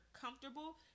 comfortable